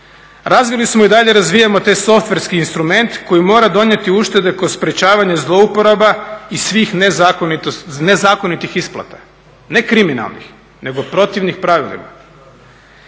Razvili smo i dalje razvijamo taj softverski instrument koji mora donijeti uštede kroz sprečavanje zlouporaba i svih nezakonitih isplata, ne kriminalnih nego protivnih pravilima.